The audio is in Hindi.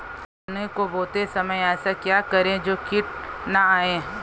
गन्ने को बोते समय ऐसा क्या करें जो कीट न आयें?